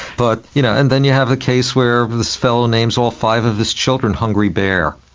but you know and then you have the case where this fella names all five of his children hungry bear.